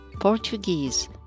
Portuguese